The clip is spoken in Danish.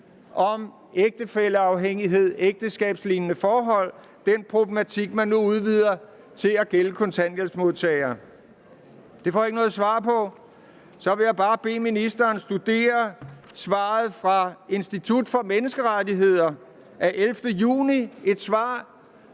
om ægtefælleafhængighed eller ægteskabslignende forhold – det, man nu udvider til at gælde kontanthjælpsmodtagere? Det får jeg ikke noget svar på. Så vil jeg bare bede ministeren studere svaret fra Institut for Menneskerettigheder af 11. juni – et